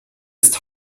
ist